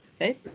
Okay